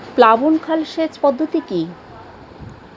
প্লাবন খাল সেচ পদ্ধতি কি?